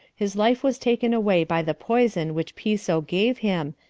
his life was taken away by the poison which piso gave him,